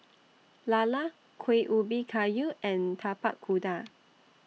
Lala Kueh Ubi Kayu and Tapak Kuda